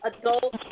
adult